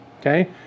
okay